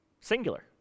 singular